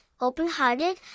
open-hearted